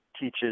teaches